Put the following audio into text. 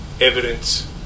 evidence